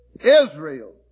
Israel